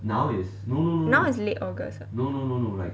now is late august [what]